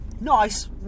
Nice